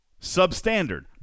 substandard